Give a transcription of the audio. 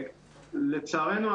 לצערנו,